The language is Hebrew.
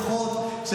הרבה מאוד כוחות,